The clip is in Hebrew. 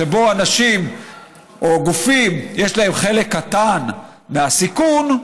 שבו לאנשים או גופים יש חלק קטן בסיכון,